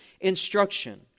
instruction